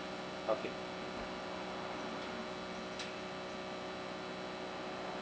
okay